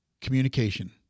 communication